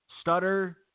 stutter